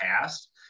past